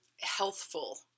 Healthful